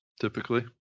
typically